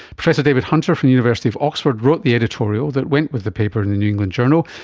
professor david hunter from the university of oxford wrote the editorial that went with the paper in the new england journal,